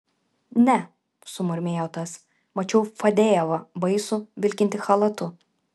ne sumurmėjo tas mačiau fadejevą baisų vilkintį chalatu